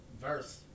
verse